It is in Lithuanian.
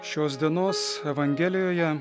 šios dienos evangelijoje